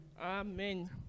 Amen